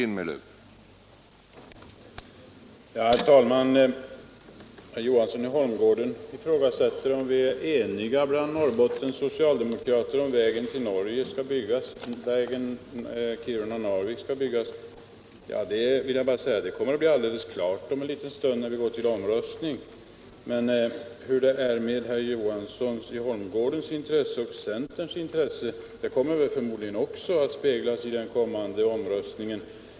Herr talman! Herr Johansson i Holmgården ifrågasätter enigheten bland Norrbottens socialdemokrater om att vägen Kiruna-Narvik skall byggas. Jag vill bara säga att det kommer att bli alldeles klart om en stund när vi går till omröstning. Hur det förhåller sig med herr Johanssons i Holmgården intresse och centerns intresse kommer förmodligen också att speglas i den kommande omröstningen.